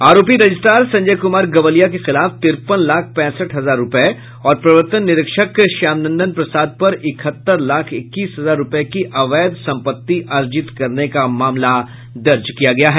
आरोपी रजिस्ट्रार संजय कुमार गवलिया के खिलाफ तिरपन लाख पैंसठ हजार रुपये और प्रवर्तन निरीक्षक श्यामनंदन प्रसाद पर इकहत्तर लाख इक्कीस हजार रुपये की अवैध संपत्ति अर्जित करने का मामला दर्ज किया गया है